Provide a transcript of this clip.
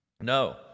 no